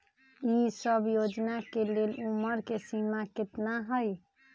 ई सब योजना के लेल उमर के सीमा केतना हई?